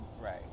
Right